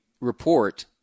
report